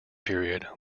period